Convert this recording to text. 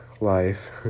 life